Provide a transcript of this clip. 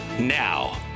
Now